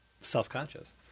self-conscious